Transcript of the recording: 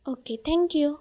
okay thank you